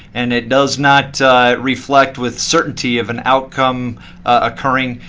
and it does not reflect with certainty of an outcome occurring.